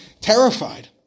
terrified